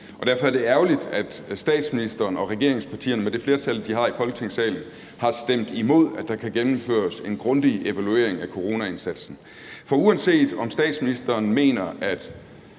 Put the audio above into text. Derfor er det ærgerligt, at statsministeren og regeringspartierne med det flertal, de har i Folketingssalen, har stemt imod, at der kan gennemføres en grundig evaluering af coronaindsatsen. For uanset om statsministeren mener, at